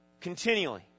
continually